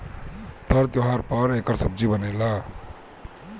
तर त्योव्हार पर एकर सब्जी बनेला